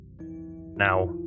now